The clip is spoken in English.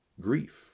grief